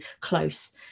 close